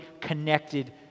connected